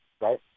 Right